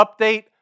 update